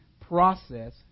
process